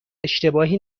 اشتباهی